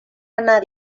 anar